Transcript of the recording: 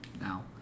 now